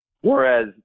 Whereas